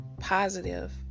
Positive